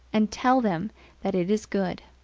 and tell them that it is good.